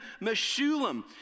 Meshulam